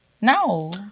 No